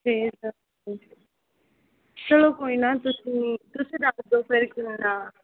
ਚਲੋ ਕੋਈ ਨਾ ਤੁਸੀਂ ਰੱਖ ਦੋ ਫਿਰ